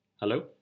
Hello